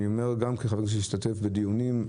אני אומר כמי שהשתתף בדיונים,